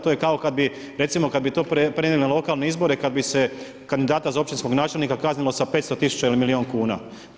To je kao kada bi, recimo kada bi to prenijeli na lokalne izbore, kada bi se kandidata za općinskog načelnika kaznilo sa 500 tisuća ili milijun kuna.